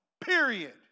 Period